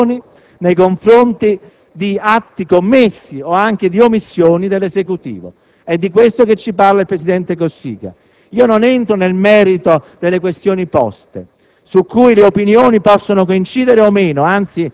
con interpellanze, interrogazioni, mozioni nei confronti di atti commessi o anche di omissioni dell'Esecutivo. È di questo che ci parla il presidente Cossiga. Io non entro nel merito delle questioni poste,